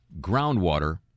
groundwater